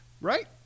right